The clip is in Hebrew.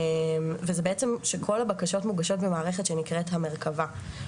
וזה בעצם שכל הבקשות מוגשות במערכת שנקראת "המרכבה".